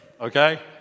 okay